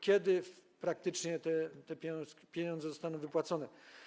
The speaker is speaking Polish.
Kiedy praktycznie pieniądze zostaną wypłacone?